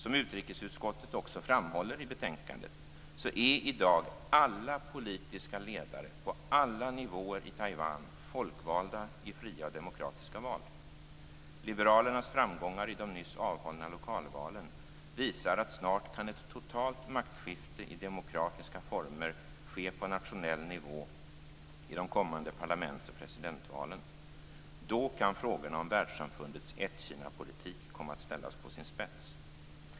Som utrikesutskottet också framhåller i betänkandet är i dag alla politiska ledare på alla nivåer i Taiwan folkvalda i fria och demokratiska val. Liberalernas framgångar i de nyss avhållna lokalvalen visar att snart kan ett totalt maktskifte i demokratiska former ske på nationell nivå i de kommande parlamentsoch presidentvalen. Då kan frågorna om världssamfundets ett-Kina-politik komma att ställas på sin spets.